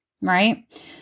right